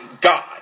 God